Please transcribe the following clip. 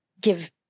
give